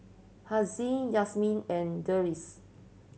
Aziz Yasmin and Deris